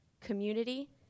community